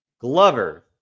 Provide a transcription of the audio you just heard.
Glover